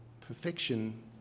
perfection